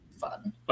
fun